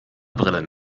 brillen